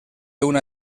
una